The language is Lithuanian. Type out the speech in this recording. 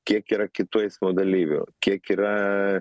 kiek yra kitų eismo dalyvių kiek yra